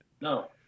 no